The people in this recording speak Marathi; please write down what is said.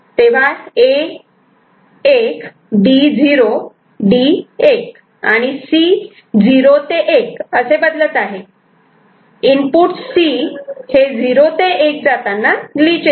तेव्हा A 1 B0 D 1 आणि C '0 ते 1' असे बदलत आहे इनपुट C हे ' 0 ते 1' जाताना ग्लिच येते